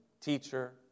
teacher